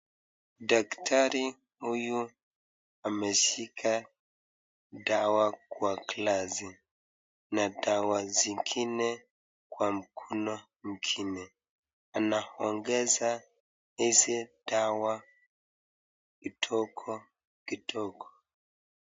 Daktari huyu ameshika dawa kwa glasi na dawa zingine kwa mkono ingine anaongeza hizi dawa kidogo kidogo.